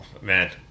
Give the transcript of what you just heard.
man